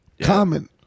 common